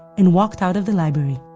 and walked out of the library.